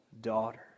daughter